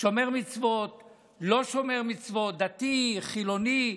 שומר מצוות, לא שומר מצוות, דתי, חילוני,